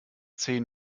zehn